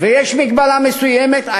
ויש מגבלה מסוימת.